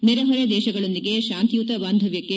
ನೆರೆ ಹೊರೆ ದೇಶಗಳೊಂದಿಗೆ ಶಾಂತಿಯುತ ಬಾಂಧವ್ಹಕ್ಕೆ